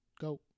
go